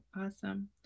awesome